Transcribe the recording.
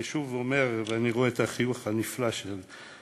אני שוב אומר, ואני רואה את החיוך הנפלא של קארין,